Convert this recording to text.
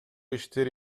иштери